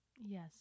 Yes